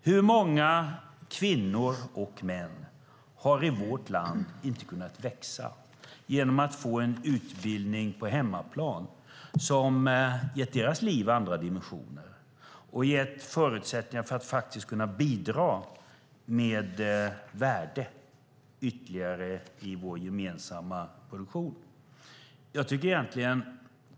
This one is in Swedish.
Hur många kvinnor och män i vårt land har inte kunnat växa genom att få en utbildning på hemmaplan som gett deras liv andra dimensioner och gett förutsättningar för att de faktiskt ska kunna bidra med värde ytterligare i vår gemensamma produktion?